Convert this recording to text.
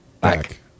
back